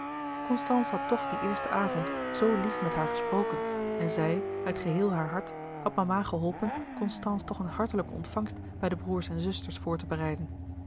constance had toch dien eersten avond zoo lief met haar gesproken en zij uit geheel haar hart had mama geholpen constance toch een hartelijke ontvangst bij de broêrs en zusters voor te bereiden